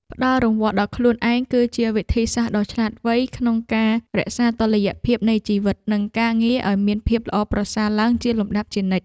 ផ្ដល់រង្វាន់ដល់ខ្លួនឯងគឺជាវិធីសាស្ត្រដ៏ឆ្លាតវៃក្នុងការរក្សាតុល្យភាពនៃជីវិតនិងការងារឱ្យមានភាពល្អប្រសើរឡើងជាលំដាប់ជានិច្ច។